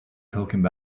talking